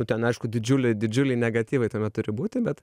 nu ten aišku didžiuliai didžiuliai negatyvai tuomet turi būti bet